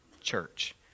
church